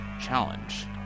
Challenge